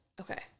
Okay